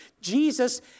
Jesus